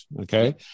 Okay